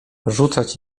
rzucać